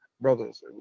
brothers